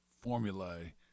formulae